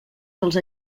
dels